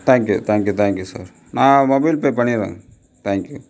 thank you thank you thank you sir நான் mobile pay பண்ணிடுவேன் thank you